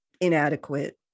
inadequate